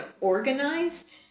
organized